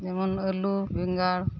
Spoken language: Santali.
ᱡᱮᱢᱚᱱ ᱟᱹᱞᱩ ᱵᱮᱸᱜᱟᱲ